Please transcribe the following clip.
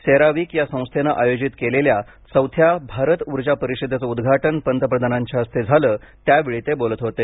CERAWeek या संस्थेनं आयोजित केलेल्या चौथ्या भारत ऊर्जा परिषदेचं उद्घाटन पंतप्रधानांच्या हस्ते झालं त्यावेळी ते बोलत होते